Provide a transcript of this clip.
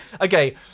okay